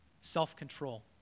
self-control